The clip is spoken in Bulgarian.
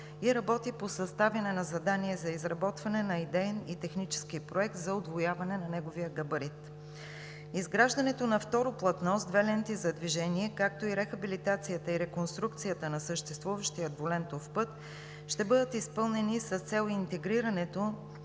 и работи по съставяне на задание за изработване на идеен и технически проект за удвояване на неговия габарит. Изграждането на второ платно с две ленти за движение, както и рехабилитацията и реконструкцията на съществуващия двулентов път ще бъдат изпълнени с цел интегрирането